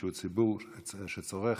שהוא ציבור שצורך,